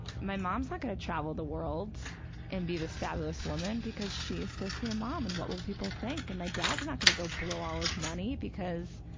my mom's not going to travel the world and be this fabulous woman, because she is supposed to be a mom and what will people think. and my dad's not going to go blow all his money because,